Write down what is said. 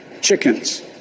chickens